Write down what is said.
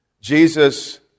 Jesus